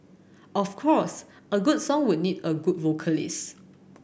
of course a good song would need a good vocalist